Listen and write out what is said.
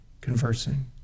Conversing